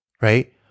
right